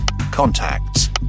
contacts